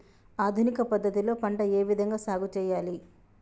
ఆధునిక పద్ధతి లో పంట ఏ విధంగా సాగు చేయాలి?